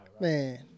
man